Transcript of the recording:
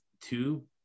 two